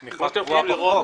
אבל התמיכה קבועה בחוק,